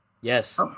Yes